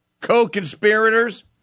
co-conspirators